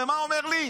ומה הוא אומר לי?